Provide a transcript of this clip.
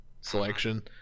selection